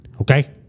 Okay